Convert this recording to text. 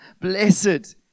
Blessed